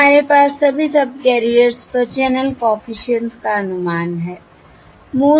अब हमारे पास सभी सबकैरियर्स पर चैनल कॉफिशिएंट्स का अनुमान है